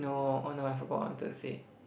no on what I forgot wanted to say